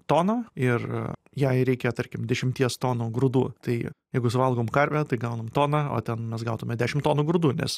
toną ir jai reikia tarkim dešimties tonų grūdų tai jeigu suvalgom karvę tai gaunam toną o ten mes gautume dešim tonų grūdų nes